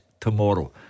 tomorrow